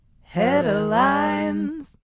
Headlines